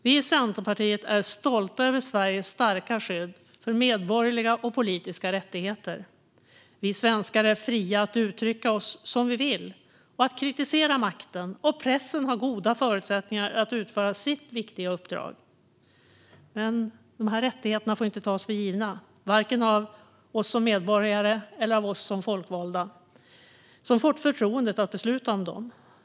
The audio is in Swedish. Vi i Centerpartiet är stolta över Sveriges starka skydd för medborgerliga och politiska rättigheter. Vi svenskar är fria att uttrycka oss som vi vill och att kritisera makten, och pressen har goda förutsättningar att utföra sitt viktiga uppdrag. Men dessa rättigheter får inte tas för givna, varken av medborgarna eller av oss folkvalda som fått förtroendet att besluta om dem.